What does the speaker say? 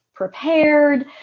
prepared